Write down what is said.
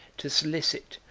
to solicit,